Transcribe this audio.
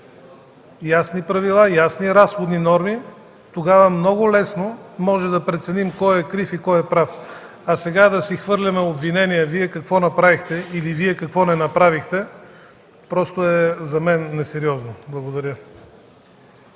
ясни правила и ясни разходни норми, тогава много лесно можем да преценим кой е крив и кой е прав. Сега да си хвърляме обвинения: „Вие какво направихте” или „Какво не направихте” за мен е несериозно. Благодаря.